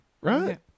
right